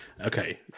okay